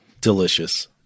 delicious